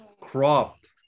cropped